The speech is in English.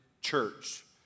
church